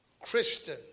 Christian